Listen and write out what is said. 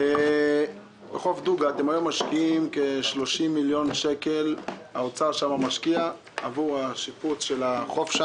בחוף דוגה משרד האוצר היום משקיע כ-30 מיליון שקל עבור שיפוץ החוף.